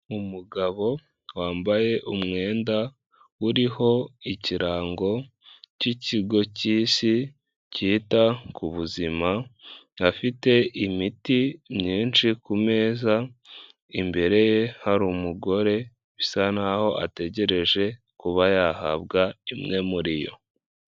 Umugabo wambaye umwenda uriho ikirango cy'ikigo cy'isi cyita ku buzima, afite imiti myinshi ku meza, imbere ye hari umugore bisa n'aho ategereje kuba yahabwa imwe muri yo.